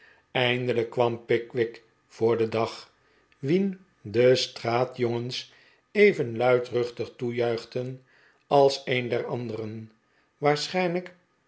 eindelijk kwam pickwick voor den dag wien de straatjongens even luidruchtig toejuichten als een der anderen